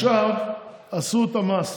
עכשיו עשו את המס,